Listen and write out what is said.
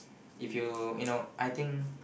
if you you know I think